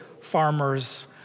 farmers